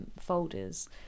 folders